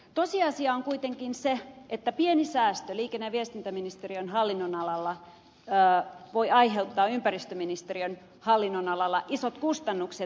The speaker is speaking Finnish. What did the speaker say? tosiasia on kuitenkin se että pieni säästö liikenne ja viestintäministeriön hallinnonalalla voi aiheuttaa ympäristöministeriön hallinnonalalla isot kustannukset